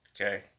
Okay